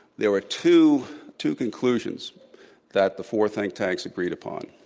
there are two two conclusions that the four think tanks agreed upon